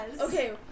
Okay